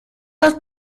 los